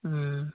ᱦᱩᱸ